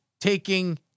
taking